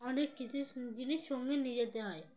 অনেক কিছু জিনিস সঙ্গে নিয়ে যেতে হয়